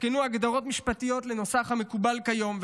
עודכנו הגדרות משפטיות לנוסח המקובל כיום,